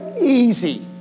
easy